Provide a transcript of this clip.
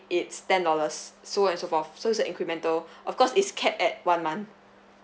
it's ten dollars so and so forth so it's the incremental of course it's cap at one month